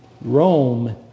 Rome